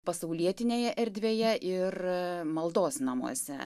pasaulietinėje erdvėje ir maldos namuose